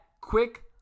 Quick